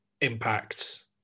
impact